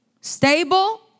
stable